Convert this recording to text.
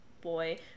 boy